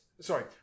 Sorry